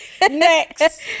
Next